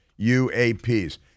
UAPs